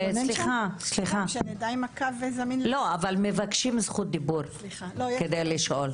סליחה, מבקשים זכות דיבור כדי לשאול.